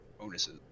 bonuses